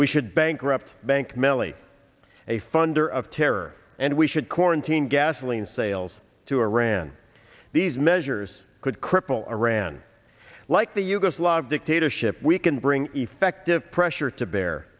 we should bankrupt bank melli a funder of terror and we should quarantine gasoline sales to iran these measures could cripple iran like the yugoslav dictatorship we can bring effective pressure to bear